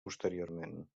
posteriorment